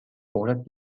fordert